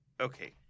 Okay